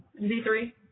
z3